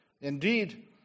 Indeed